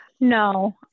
No